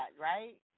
right